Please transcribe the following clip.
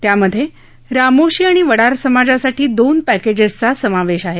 त्यामध्ये रामोशी आणि वडार समाजासाठी दोन पर्क्तिसचा समावेश आहे